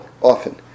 often